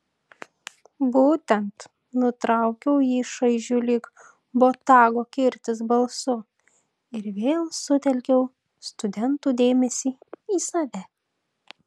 būtent nutraukiau jį šaižiu lyg botago kirtis balsu ir vėl sutelkiau studentų dėmesį į save